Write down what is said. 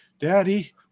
Daddy